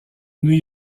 new